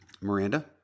Miranda